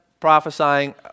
prophesying